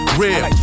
real